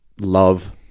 Love